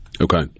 Okay